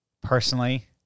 Personally